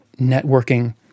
networking